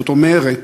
זאת אומרת,